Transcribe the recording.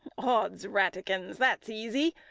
odds ratikins, that's easy.